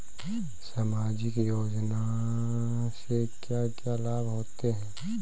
सामाजिक योजना से क्या क्या लाभ होते हैं?